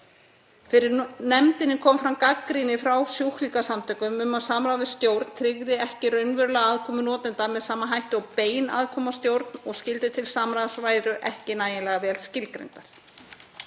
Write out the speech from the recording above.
Fyrir nefndinni kom fram gagnrýni frá sjúklingasamtökum um að samráð við stjórn tryggði ekki raunverulega aðkomu notenda með sama hætti og bein aðkoma að stjórn og skyldur til samráðs væru ekki nægilega vel skilgreindar.